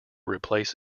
replace